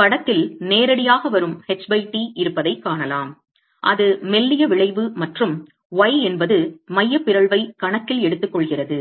படத்தில் நேரடியாக வரும் ht இருப்பதைக் காணலாம் அது மெல்லிய விளைவு மற்றும் y என்பது மைய பிறழ்வைக் கணக்கில் எடுத்துக்கொள்கிறது